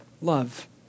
love